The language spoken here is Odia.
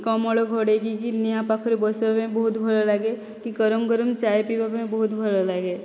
କମଳ ଘୋଡ଼େଇକି କି ନିଆଁ ପାଖରେ ବସିବା ପାଇଁ ବହୁତ ଭଲ ଲାଗେ କି ଗରମ ଗରମ ଚା' ପିଇବା ପାଇଁ ବହୁତ ଭଲ ଲାଗେ